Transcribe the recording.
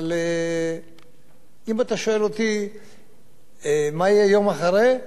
אבל אם אתה שואל אותי מה יהיה יום אחרי,